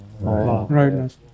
Right